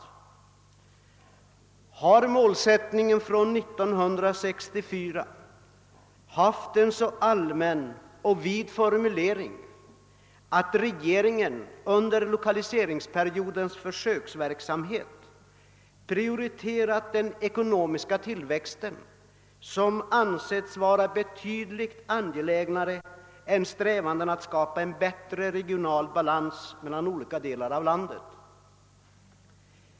Har målsättningen från 1964 fått en så allmän och vid formulering att regeringen under lokaliseringspolitikens = försöksperiod har prioriterat den ekonomiska tillväxten, som ansetts vara betydligt angelägnare än strävandena att skapa en bättre regional balans mellan olika delar av landet?